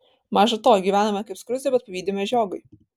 maža to gyvename kaip skruzdė bet pavydime žiogui